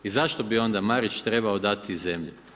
I zašto bi onda Marić trebao dati zemlju?